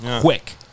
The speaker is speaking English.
quick